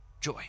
joy